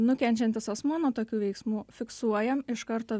nukenčiantis asmuo nuo tokių veiksmų fiksuojam iš karto